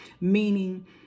Meaning